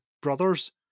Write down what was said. brothers